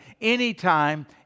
anytime